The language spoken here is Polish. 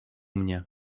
mnie